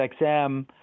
XM